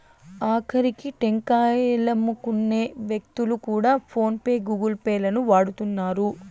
ఆకరికి టెంకాయలమ్ముకునే వ్యక్తులు కూడా ఫోన్ పే గూగుల్ పే లను వాడుతున్నారు